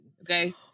Okay